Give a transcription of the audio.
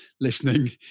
listening